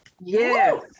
Yes